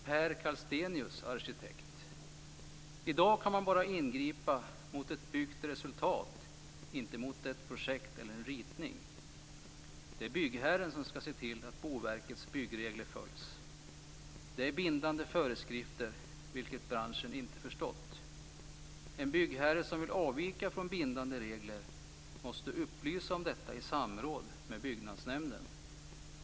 Per Kallstenius, arkitekt: I dag kan man bara ingripa mot ett byggt resultat, inte mot ett projekt eller en ritning. Det är byggherren som skall se till att Boverkets byggregler följs. Det är bindande föreskrifter, vilket branschen inte förstått. En byggherre som vill avvika från bindande regler måste upplysa om detta i samråd med byggnadsnämnden.